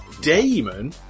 Damon